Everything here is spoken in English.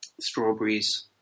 strawberries